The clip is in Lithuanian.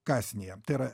kąsnyje tai yra